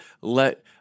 let